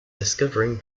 discovering